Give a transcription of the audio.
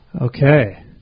okay